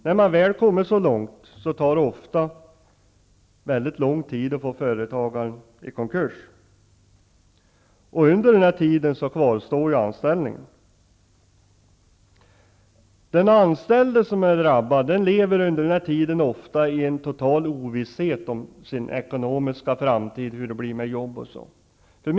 När man väl kommit så långt tar det ofta lång tid att få företaget i konkurs, och under tiden kvarstår anställningen. Den anställde lever ofta i total ovisshet om sin ekonomi och om jobb i framtiden.